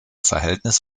verhältnis